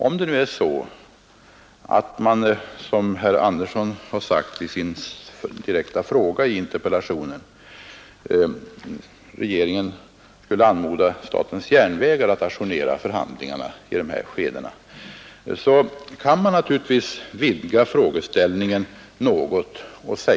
Om regeringen nu, som herr Andersson har sagt i sin direkta fråga i interpellationen, skulle anmoda statens järnvägar att ajournera förhandlingarna i dessa skeden kan man naturligtvis vidga frågeställningen något.